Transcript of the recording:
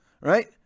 Right